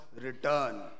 return